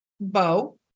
Bo